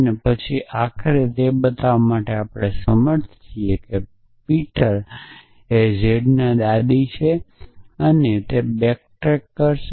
અને પછી આખરે તે બતાવવા માટે આપણે સમર્થ છીયે કે પીટર ઝેડની દાદી છે તે બેકટ્રેક કરશે